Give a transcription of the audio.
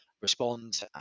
respond